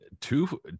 two